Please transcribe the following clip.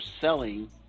selling